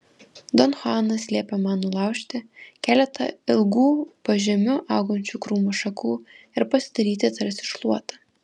don chuanas liepė man nulaužti keletą ilgų pažemiu augančių krūmų šakų ir pasidaryti tarsi šluotą